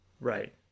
Right